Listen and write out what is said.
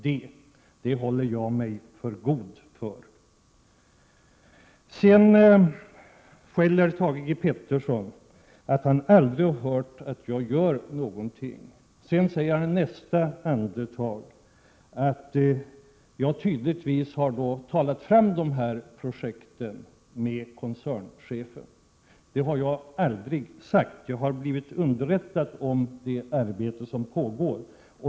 Det håller jag mig för god för. Thage G Peterson hävdar att han aldrig hört att jag gör någonting. I nästa andetag säger han att jag tydligtvis har ”talat fram” dessa projekt tillsammans med koncernchefen. Jag har aldrig sagt något sådant, utan jag har blivit underrättad om det arbete som pågår.